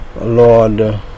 Lord